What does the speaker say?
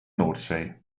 noordzee